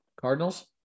Cardinals